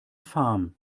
farm